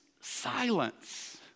silence